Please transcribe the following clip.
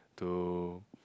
to